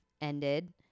ended